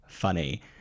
funny